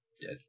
Dead